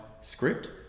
script